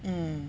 mm